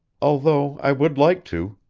although i would like to.